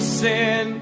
sin